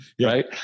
right